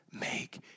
make